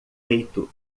feito